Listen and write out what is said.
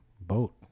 boat